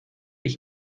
ich